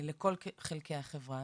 לכל חלקי החברה.